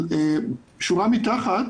שורה מתחת